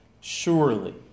surely